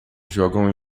jogam